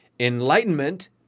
Enlightenment